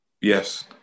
Yes